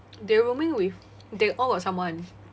they rooming with they all got someone